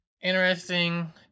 interesting